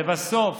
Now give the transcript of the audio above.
לבסוף,